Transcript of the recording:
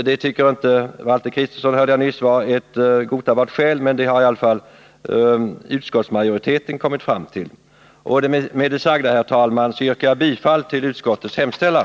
Det tycker inte Valter Kristenson, hörde jag nyss, är ett godtagbart skäl, men det har i alla fall utskottsmajoriteten kommit fram till. Med det sagda, herr talman, yrkar jag bifall till utskottets hemställan.